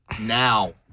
now